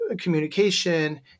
communication